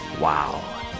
Wow